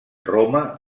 roma